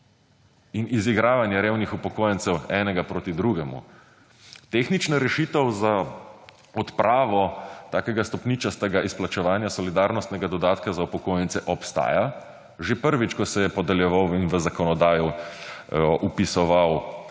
in izigravanje revnih upokojencev enega proti drugemu. Tehnična rešitev za odpravo takega stopničastega izplačevanja solidarnostnega dodatka za upokojence obstaja. Že prvič, ko se je podeljeval in v zakonodajo vpisoval,